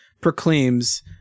proclaims